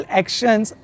actions